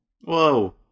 Whoa